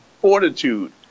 fortitude